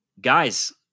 guys